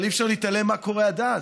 אבל אי-אפשר להתעלם ממה שקורה עד אז.